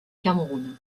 cameroun